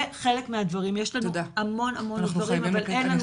זה רק חלק מהדברים יש לנו עוד המון-המון אבל אין לנו